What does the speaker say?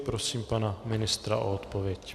Prosím pana ministra o odpověď.